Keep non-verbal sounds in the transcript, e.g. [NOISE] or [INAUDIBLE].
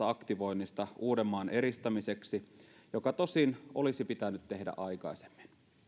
[UNINTELLIGIBLE] aktivoinnista uudenmaan eristämiseksi joka tosin olisi pitänyt tehdä aikaisemmin